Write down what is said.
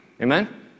Amen